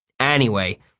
anyway,